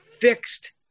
fixed